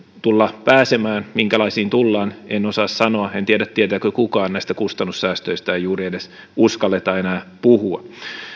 tulla pääsemään minkälaisiin tullaan pääsemään en osaa sanoa en tiedä tietääkö kukaan näistä kustannussäästöistä ei juuri uskalleta enää edes puhua